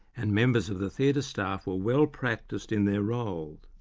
and members of the theatre staff were well practised in their roles.